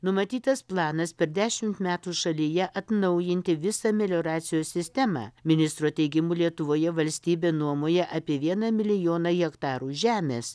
numatytas planas per dešim metų šalyje atnaujinti visą melioracijos sistemą ministro teigimu lietuvoje valstybė nuomoja apie vieną milijoną hektarų žemės